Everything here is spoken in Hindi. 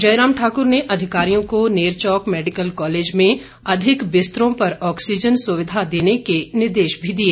जयराम ठाकुर ने अधिकारियों को नेरचौक मेडिकल कॉलेज में अधिक बिस्तरों पर ऑक्सीजन सुविधा देने को निर्देश भी दिए